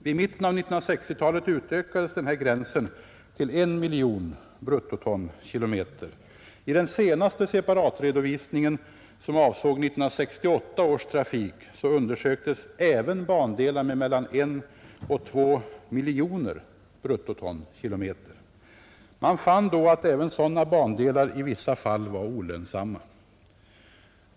Vid mitten av 1960-talet höjdes den här gränsen till 1 miljon bruttotonkilometer. meter. Man fann då att även sådana bandelar i vissa fall var olönsamma.